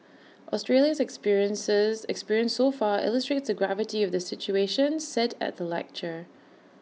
Australia's experiences experience so far illustrates the gravity of the situation said at the lecture